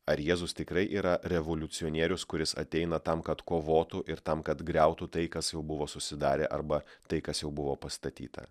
ar jėzus tikrai yra revoliucionierius kuris ateina tam kad kovotų ir tam kad griautų tai kas jau buvo susidarę arba tai kas jau buvo pastatyta